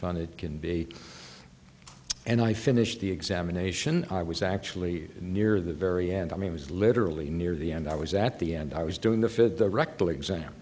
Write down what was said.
fun it can be and i finished the examination i was actually near the very end i mean i was literally near the end i was at the end i was doing the fifth rectal exam